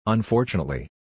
Unfortunately